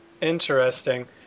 Interesting